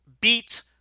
beat